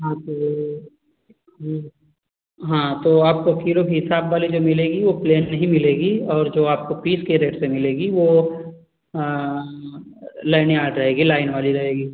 हाँ तो ये हाँ तो आपको किलो के हिसाब वाली जो मिलेगी वो प्लेन ही मिलेगी और जो आपको पीस के रेट से मिलेगी वो लइने आ जाएगी लाइन वाली रहेगी